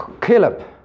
Caleb